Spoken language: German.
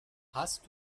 hast